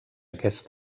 aquest